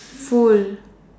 full